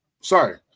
sorry